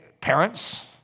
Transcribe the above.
parents